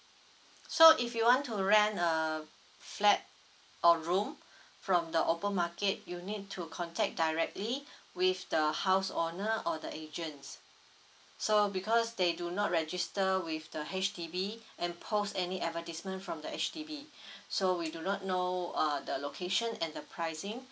so if you want to rent a flat or room from the open market you need to contact directly with the house owner or the agents so because they do not register with the H_D_B and post any advertisement from the H_D_B so we do not know uh the location and the pricing